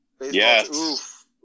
Yes